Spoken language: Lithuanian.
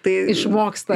tai išmoksta